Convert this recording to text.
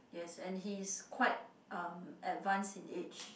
yes and he is quite uh advanced in age